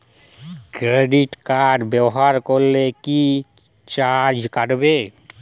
Credit card ব্যাবহার করলে কি চার্জ কাটবে?